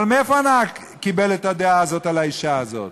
אבל מאיפה הנהג קיבל את הדעה הזאת על האישה הזאת?